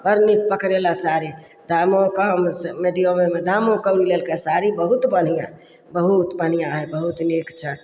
बड्ड नीक पकड़ायल साड़ी दामो कम से मीडियमोमे दामो कम लेलकै साड़ी बहुत बढ़िआँ बहुत बढ़िआँ हइ बहुत नीक छै